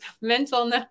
mental